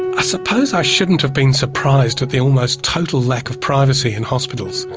i suppose i shouldn't have been surprised at the almost total lack of privacy in hospitals.